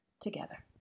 together